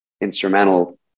instrumental